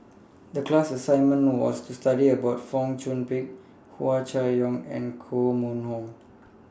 The class assignment was to study about Fong Chong Pik Hua Chai Yong and Koh Mun Hong